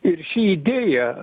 ir ši idėja